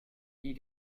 wie